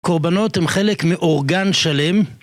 קורבנות הם חלק מאורגן שלם?